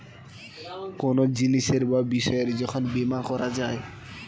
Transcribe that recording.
কোনো জিনিসের বা বিষয়ের যখন বীমা করা যায়